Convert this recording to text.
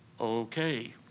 Okay